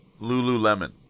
lululemon